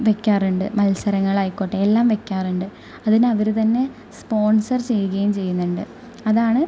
വയ്ക്കാറുണ്ട് മത്സരങ്ങൾ ആയിക്കോട്ടെ എല്ലാം വയ്ക്കാറുണ്ട് അതിന് അവര് തന്നെ സ്പോൺസർ ചെയ്യുകയും ചെയ്യുന്നുണ്ട് അതാണ്